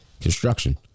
construction